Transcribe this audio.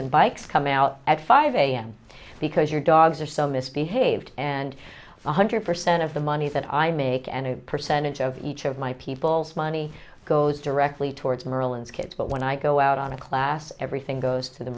and bikes come out at five am because your dogs are so misbehaved and one hundred percent of the money that i make and a percentage of each of my people's money goes directly towards merlin's kids but when i go out on a class everything goes to the